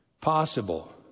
possible